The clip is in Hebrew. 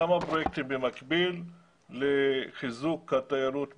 כמה פרויקטים במקביל לחיזוק התיירות בנצרת,